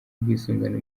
ubwisungane